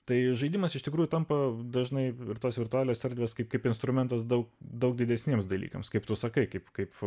tai žaidimas iš tikrųjų tampa dažnai virtos virtualios erdvės kaip kaip instrumentas daug daug didesniems dalykams kaip tu sakai kaip kaip